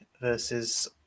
versus